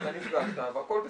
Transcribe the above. אתה נפגשת והכל בסדר,